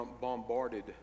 bombarded